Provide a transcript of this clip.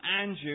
Andrew